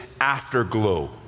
afterglow